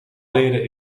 leren